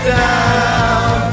down